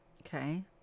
Okay